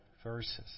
Verses